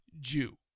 Jew